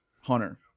Hunter